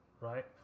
right